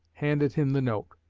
handed him the note.